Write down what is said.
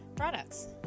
products